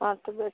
बैठबै